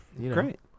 great